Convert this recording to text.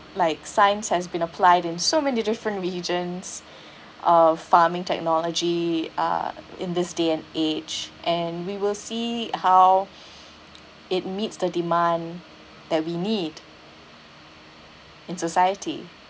like science has been applied in so many different regions of farming technology uh in this day and age and we will see how it meets the demand that we need in society